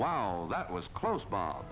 wow that was close by